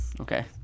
Okay